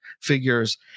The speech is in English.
figures